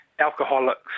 alcoholics